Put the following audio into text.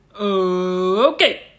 Okay